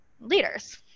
leaders